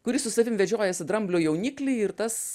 kuris su savim vedžiojasi dramblio jauniklį ir tas